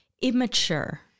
immature